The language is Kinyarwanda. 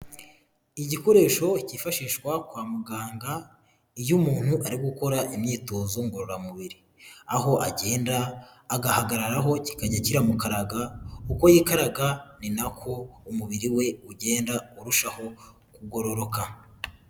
Igikoresho cyifashishwa kwa muganga, iyo umuntu ari gukora imyitozo ngororamubiri. Aho agenda agahagararaho, kikajya kiramukaraga, uko yikaraga, ni na ko umubiri we ugenda urushaho kugororoka.